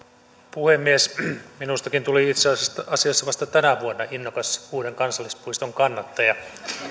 puhemies minustakin tuli itse asiassa asiassa vasta tänä vuonna innokas uuden kansallispuiston kannattaja